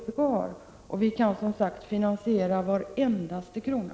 Vi kan som sagt finansiera varje krona.